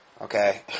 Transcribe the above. okay